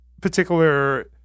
particular